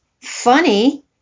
funny